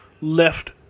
left